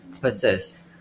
persist